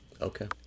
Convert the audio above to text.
okay